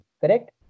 Correct